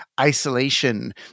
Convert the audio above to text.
isolation